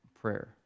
prayer